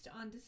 on